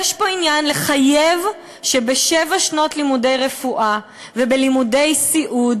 יש פה עניין לחייב שבשבע שנות לימודי רפואה ובלימודי סיעוד